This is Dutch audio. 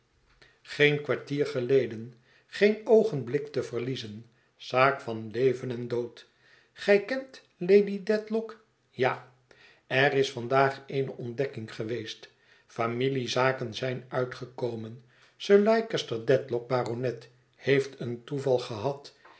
geen kwartier geleden geen oogenblik te verliezen zaak van leven en dood gij kent lady dedlock ja er is vandaag eene ontdekking geweest familiezaken zijn uitgekomen sir leicester dedlock baronet heeft een toeval gehad